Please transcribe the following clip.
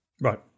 Right